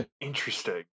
Interesting